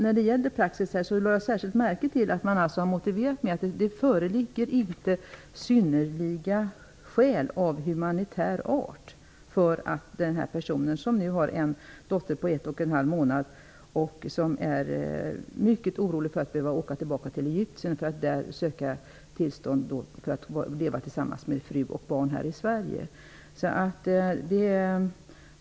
När det gäller praxis lade jag särskilt märke till att man har motiverat beslutet med att det inte föreligger synnerliga skäl av humanitär art för denna person som nu har en dotter på en och en halv månad. Han är mycket orolig för att han skall behöva åka tillbaka till Egypten för att där söka tillstånd för att få leva tillsammans med sin fru och sitt barn i Sverige.